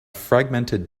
fragmented